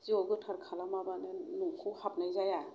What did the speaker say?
जिउआव गोथार खालामाबानो न'खौ हाबनाय जाया